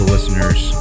Listeners